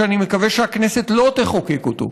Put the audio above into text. שאני מקווה שהכנסת לא תחוקק אותו,